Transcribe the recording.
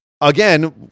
Again